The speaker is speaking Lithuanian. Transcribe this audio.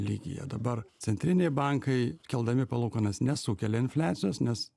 lygyje dabar centriniai bankai keldami palūkanas nesukelia infliacijos nes